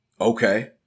okay